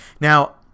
Now